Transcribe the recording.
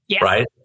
right